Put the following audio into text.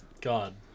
God